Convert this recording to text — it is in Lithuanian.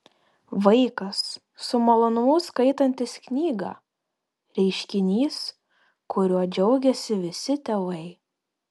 vaikas su malonumu skaitantis knygą reiškinys kuriuo džiaugiasi visi tėvai